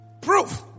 Proof